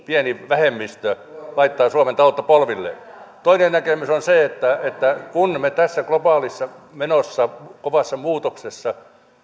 pieni vähemmistö laittaa suomen taloutta polvilleen toinen näkemys on se että että me me tässä globaalissa menossa kovassa muutoksessa